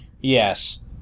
Yes